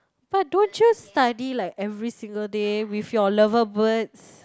but don't choose study like every single day with your lover birds